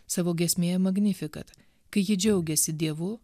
savo giesmėje kai ji džiaugiasi dievu